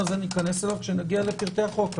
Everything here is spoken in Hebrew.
ניכנס אליו כשנגיע לפרטי החוק.